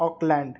Oakland